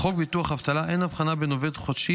בחוק ביטוח אבטלה אין הבחנה בין עובד חודשי